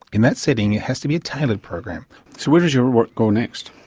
in that setting it has to be a tailored program. so where does your work go next?